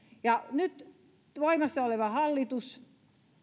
nyt voimassa oleva hallitus